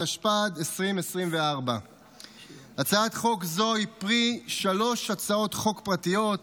התשפ"ד 2024. הצעת חוק זו היא פרי שלוש הצעות חוק פרטיות,